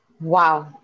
Wow